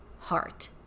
heart